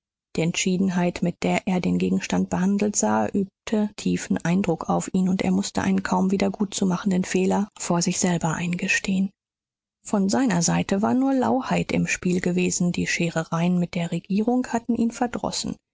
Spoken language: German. entschiedenheit mit der er den gegenstand behandelt sah übte tiefen eindruck auf ihn und er mußte einen kaum wieder gutzumachenden fehler vor sich selber eingestehen von seiner seite war nur lauheit im spiel gewesen die scherereien mit der regierung hatten ihn verdrossen